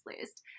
list